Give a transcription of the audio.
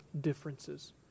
differences